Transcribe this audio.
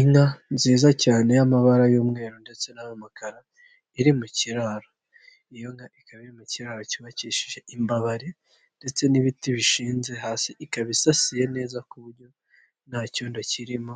Inka nziza cyane y'amabara y'umweru ndetse n'ayo umakara. iri mu kiraro ikaba mu kiraro cyubakishije imbabari ndetse n'ibiti bishinze. Ikaba isasiye neza ku buryo nta cyodo kirimo